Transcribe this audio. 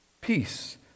Peace